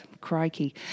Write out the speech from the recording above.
crikey